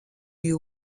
you